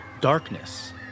darkness